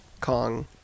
kong